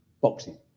boxing